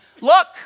Look